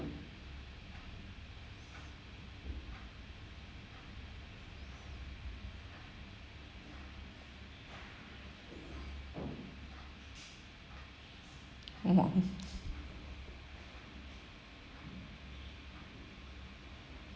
!wah!